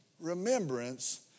remembrance